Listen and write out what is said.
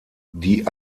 die